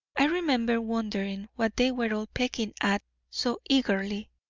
i remember wondering what they were all pecking at so eagerly.